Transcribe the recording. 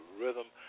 rhythm